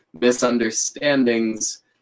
misunderstandings